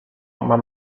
mam